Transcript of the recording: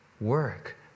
Work